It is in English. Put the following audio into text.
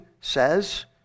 says